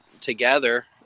together